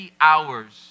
hours